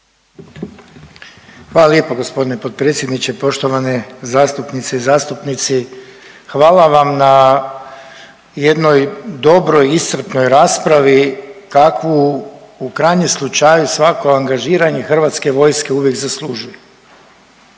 Hvala lijepo g. potpredsjedniče. Poštovane zastupnice i zastupnici, hvala vam na jednoj dobroj i iscrpnoj raspravi kakvu u krajnjem slučaju svako angažiranje HV-a uvijek zaslužuje.